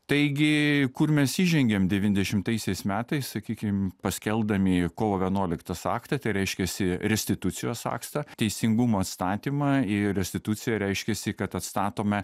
taigi kur mes įžengėm devyniasdešimtaisiais metais sakykim paskelbdami kovo vienuoliktos aktą tai reiškiasi restitucijos aktą teisingumo atstatymą ir restitucija reiškiasi kad atstatome